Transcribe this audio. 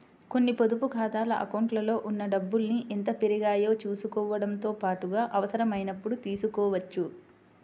కొన్ని పొదుపు ఖాతాల అకౌంట్లలో ఉన్న డబ్బుల్ని ఎంత పెరిగాయో చూసుకోవడంతో పాటుగా అవసరమైనప్పుడు తీసుకోవచ్చు